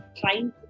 trying